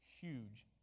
huge